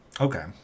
Okay